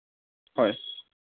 হয়